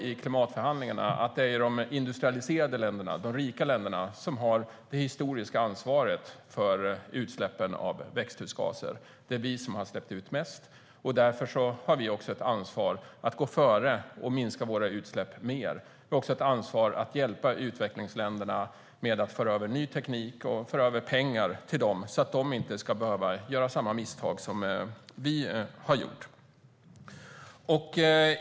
I klimatförhandlingarna är det de industrialiserade länderna, de rika länderna, som har det historiska ansvaret för utsläppen av växthusgaser. Det är vi som har släppt ut mest, och därför har vi också ett ansvar för att gå före och minska våra utsläpp ytterligare. Vi har också ett ansvar för att hjälpa utvecklingsländerna med att föra över ny teknik och pengar så att de inte ska behöva göra samma misstag som vi har gjort.